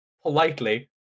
politely